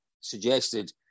suggested